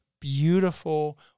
beautiful